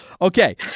Okay